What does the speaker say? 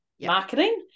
marketing